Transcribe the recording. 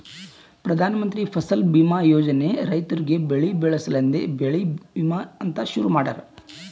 ಪ್ರಧಾನ ಮಂತ್ರಿ ಫಸಲ್ ಬೀಮಾ ಯೋಜನೆ ರೈತುರಿಗ್ ಬೆಳಿ ಬೆಳಸ ಸಲೆಂದೆ ಬೆಳಿ ವಿಮಾ ಅಂತ್ ಶುರು ಮಾಡ್ಯಾರ